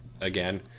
again